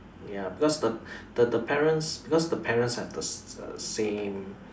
ya because the the the parents because the parents have the s~ err same